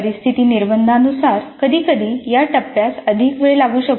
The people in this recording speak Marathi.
परिस्थिती निर्बंधानुसार कधीकधी या टप्प्यास अधिक वेळ लागू शकतो